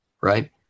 right